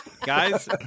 Guys